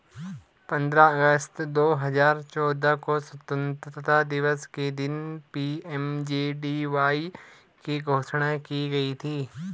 पंद्रह अगस्त दो हजार चौदह को स्वतंत्रता दिवस के दिन पी.एम.जे.डी.वाई की घोषणा की गई थी